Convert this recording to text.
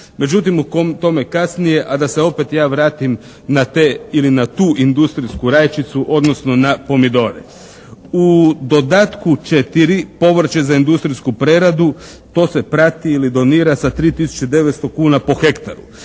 Međutim, o tom kasnije, a da se opet ja vratim na te ili na tu industrijsku rajčicu, odnosno na pomidore. U dodatku 4, povrće za industrijsku preradu, to se prati ili donira sa 3 tisuće 900 kuna po hektaru.